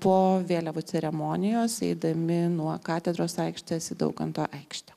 po vėliavų ceremonijos eidami nuo katedros aikštės į daukanto aikštę